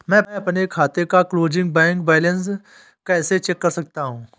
मैं अपने खाते का क्लोजिंग बैंक बैलेंस कैसे चेक कर सकता हूँ?